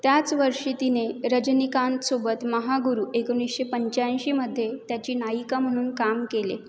त्याच वर्षी तिने रजनीकांतसोबत महागुरू एकोणीसशे पंच्याऐंशीमध्ये त्याची नायिका म्हणून काम केले